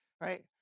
right